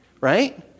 Right